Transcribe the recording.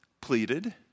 pleaded